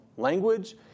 language